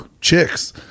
chicks